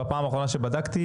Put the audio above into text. בפעם האחרונה שבדקתי,